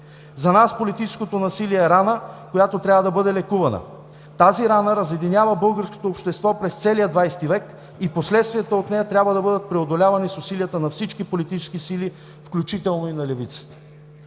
За нас политическото насилие е рана, която трябва да бъде лекувана. Тази рана разединява българското общество през целия XX век и последствията от нея трябва да бъдат преодолявани с усилията на всички политически сили, включително и на левицата.